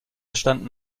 standen